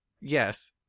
Yes